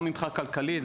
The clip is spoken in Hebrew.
גם מבחינה כלכלית,